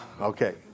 Okay